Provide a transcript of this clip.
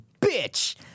bitch